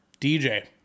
DJ